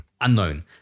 Unknown